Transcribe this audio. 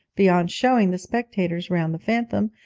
beyond showing the spectators round the phantom,